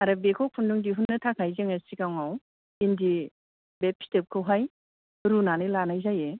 आरो बेखौ खुन्दुं दिहुन्नो थाखाय जोङो सिगाङाव इन्दि बे फिथोबखौहाय रुनानै लानाय जायो